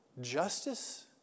justice